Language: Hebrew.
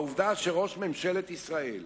העובדה שראש ממשלת ישראל